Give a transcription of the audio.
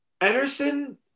Ederson